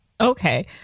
Okay